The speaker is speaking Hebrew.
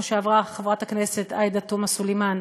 כמו שאמרה חברת הכנסת עאידה תומא סלימאן